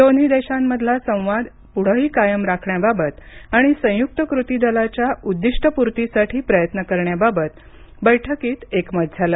दोन्ही देशांमधला संवाद पुढेही कायम राखण्याबाबत आणि संयुक्त कृती दलाच्या उद्दिष्टपूर्तीसाठी प्रयत्न करण्याबाबत बैठकीत एकमत झालं